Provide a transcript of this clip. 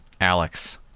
Alex